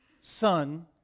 son